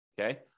Okay